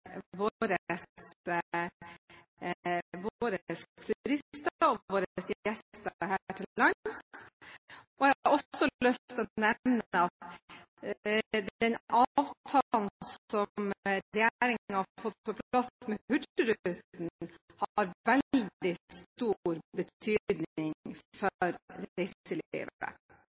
våre turister og våre gjester her til lands. Jeg har også lyst til å nevne at den avtalen som regjeringen har fått på plass med Hurtigruten, har veldig stor betydning for